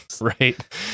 Right